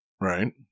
Right